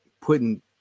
putting